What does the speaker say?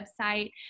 website